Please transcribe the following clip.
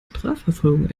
strafverfolgung